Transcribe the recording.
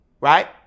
Right